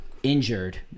Injured